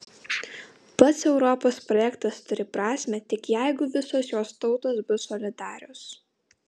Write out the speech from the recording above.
pats europos projektas turi prasmę tik jeigu visos jos tautos bus solidarios